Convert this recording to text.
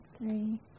Three